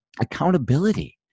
accountability